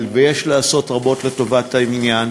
ויש לעשות רבות לטובת העניין.